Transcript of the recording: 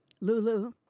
Lulu